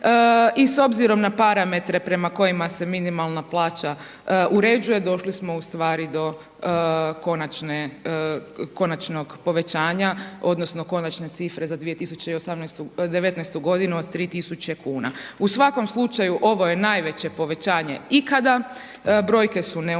i s obzirom na parametre prema kojima se minimalna plaća uređuje, došli smo ustvari do konačne, konačnog povećanja, odnosno konačne cifre za 2019. godinu od 3000 kuna. U svakom slučaju, ovo je najveće povećanje ikada, brojke su neumoljive,